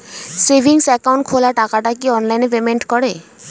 Savings account খোলা টাকাটা কি অনলাইনে পেমেন্ট করে?